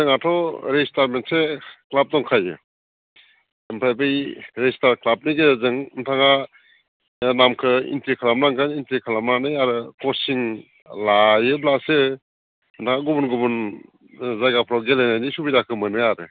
जोंनाथ' रेजिस्टार मोनसे क्लाब दंखायो आमफ्राय बै रेजिस्टार क्लाबनि गेजेरजों नोंथाङा नामखौ इन्ट्रि खालामनांगोन इन्ट्रि खालामनानै आरो कचिं लायोब्लासो नोंथाङा गुबुन गुबुन जायगाफ्राव गेलेनायनि सुबिदाखौ मोनो आरो